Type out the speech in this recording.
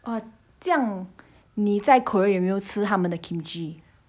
哦这样你在 korea 有没有吃他们的 kimchi